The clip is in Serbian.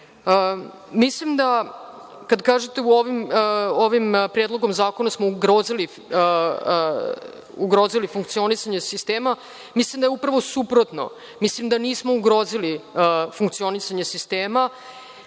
da, kada kažete – ovim predlogom zakona smo ugrozili funkcionisanje sistema, mislim da je upravo suprotno. Mislim da nismo ugrozili funkcionisanje sistema,